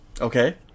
Okay